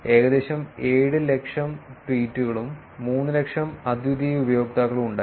ഏകദേശം 700000 ട്വീറ്റുകളും 300000 അദ്വിതീയ ഉപയോക്താക്കളും ഉണ്ടായിരുന്നു